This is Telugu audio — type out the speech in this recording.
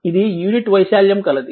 ఇది యూనిట్ వైశాల్యం కలది